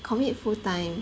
commit full time